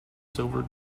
silver